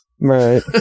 Right